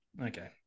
okay